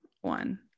one